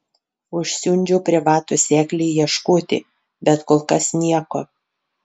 užsiundžiau privatų seklį ieškoti bet kol kas nieko